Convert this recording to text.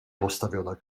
postawiona